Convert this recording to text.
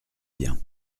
bien